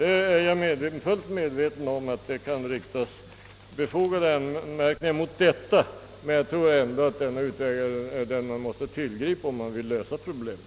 Jag är fullt medveten om att befogade anmärkningar kan riktas mot ett sådant system, men jag tror att det är den utväg man måste tillgripa, om man vill lösa problemet.